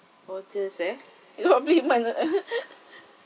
what do you say probably month of uh